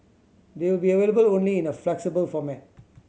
they will be available only in a flexible format